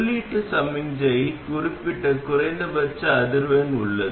உள்ளீட்டு சமிக்ஞைக்கு குறிப்பிட்ட குறைந்தபட்ச அதிர்வெண் உள்ளது